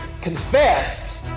confessed